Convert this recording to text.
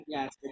Yes